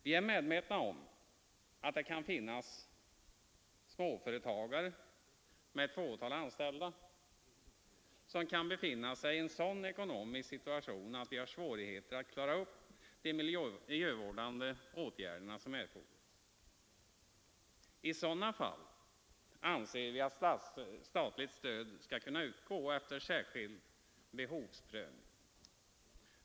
Vi är medvetna om att småföretagare med ett fåtal anställda kan befinna sig i en sådan ekonomisk situation att man har svårigheter att klara de miljövårdande åtgärder som erfordras. I sådana fall anser vi att statligt stöd skall kunna utgå efter särskild behovsprövning.